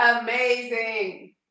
amazing